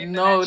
no